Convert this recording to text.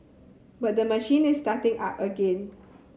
but the machine is starting up again